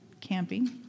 camping